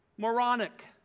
moronic